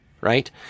right